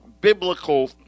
biblical